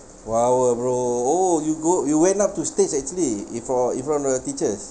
flower bro oh you go you went up to stage actually before in front of your teachers